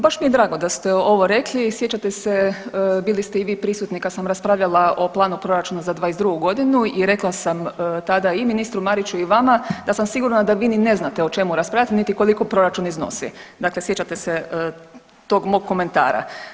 Baš mi je drago da ste ovo rekli, sjećate se bili ste i vi prisutni kad sam raspravljala o planu proračuna za '22.g. i rekla sam tada i ministru Mariću i vama da sam sigurna da vi ni ne znate o čemu raspravljate niti koliko proračun iznosi, dakle sjećate se tog mog komentara.